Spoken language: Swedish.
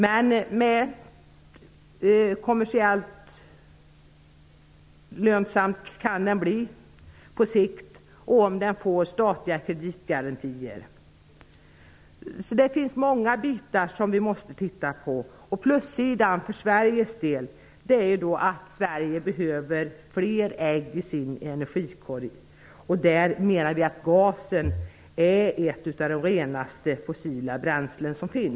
Det kan det dock bli på sikt, om det ges statliga kreditgarantier. Så det finns många bitar att titta på. På plussidan för Sveriges del skall dock noteras att Sverige behöver fler ägg i sin energikorg, och vi menar att gasen är ett av de renaste fossila bränslen som finns.